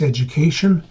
Education